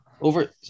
over